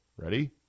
Ready